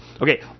Okay